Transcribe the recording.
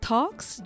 Talks